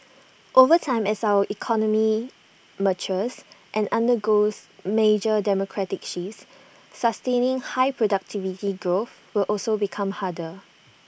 over time as our economy matures and undergoes major demographic shifts sustaining high productivity growth will also become harder